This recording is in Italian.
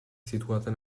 situata